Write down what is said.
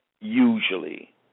usually